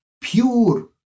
pure